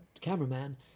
cameraman